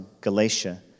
Galatia